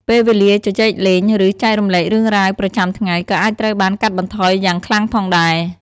ពេលវេលាជជែកលេង ឬចែករំលែករឿងរ៉ាវប្រចាំថ្ងៃ ក៏អាចត្រូវបានកាត់បន្ថយយ៉ាងខ្លាំងផងដែរ។